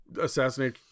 Assassinate